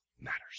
matters